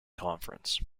conference